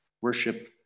worship